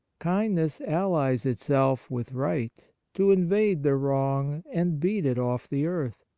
kindness allies itself with right to invade the wrong and beat it off the earth.